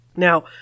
Now